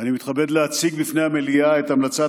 אני מתכבד להציג בפני המליאה את המלצת